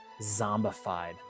zombified